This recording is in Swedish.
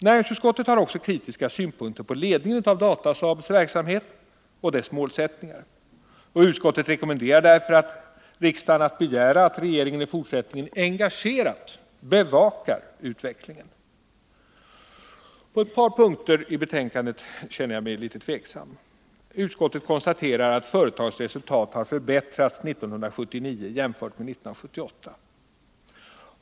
Näringsutskottet har också kritiska synpunkter på ledningen av Datasaabs verksamhet och dess målsättningar. Utskottet rekommenderar därför riksdagen att begära att regeringen i fortsättningen engagerat bevakar utvecklingen. På ett par punkter i betänkandet känner jag mig emellertid litet tveksam. Utskottet konstaterar att företagets resultat har förbättrats 1979 jämfört med 1978.